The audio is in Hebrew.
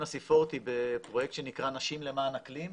ה-C40 בפרויקט שנקרא "נשים למען אקלים",